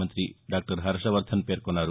మంఁతి దాక్టర్ హర్షవర్థన్ పేర్కొన్నారు